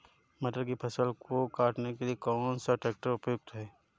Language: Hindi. मटर की फसल को काटने के लिए कौन सा ट्रैक्टर उपयुक्त है?